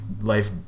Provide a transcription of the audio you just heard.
life